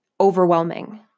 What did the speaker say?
overwhelming